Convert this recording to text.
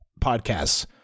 podcasts